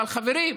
אבל, חברים,